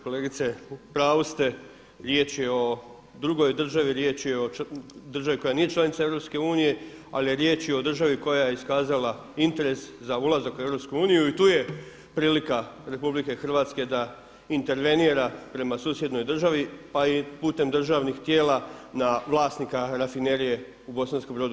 Kolegice u pravu ste, riječ je o drugoj državi, riječ je o državi koja nije članica EU, ali i riječ je o državi koja je iskazala interes za ulazak u EU i tu je prilika RH da intervenira prema susjednoj državi pa i putem državnih tijela na vlasnika rafinerije u Bosanskom Brodu.